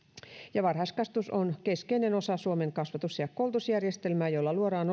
varhaiskasvatus on keskeinen osa suomen kasvatus ja koulutusjärjestelmää jolla luodaan